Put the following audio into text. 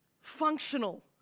functional